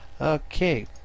Okay